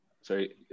Sorry